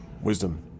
Wisdom